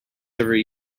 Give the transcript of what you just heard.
every